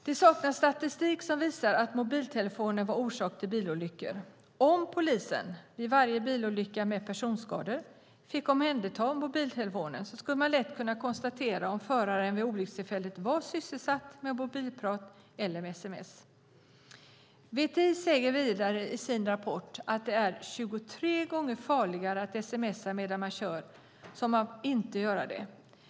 Det saknas statistik som visar att mobiltelefoner varit orsak till bilolyckor. Om polisen vid varje bilolycka med personskador fick omhänderta mobiltelefonen skulle man lätt kunna konstatera om föraren vid olyckstillfället var sysselsatt med mobilprat eller med sms. VTI säger vidare i sin rapport att det är 23 gånger farligare att sms:a medan man kör än att inte göra det.